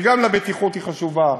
גם לבטיחות היא חשובה.